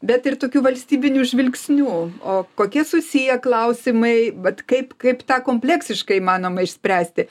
bet ir tokiu valstybiniu žvilgsniu o kokie susiję klausimai vat kaip kaip tą kompleksiškai įmanoma išspręsti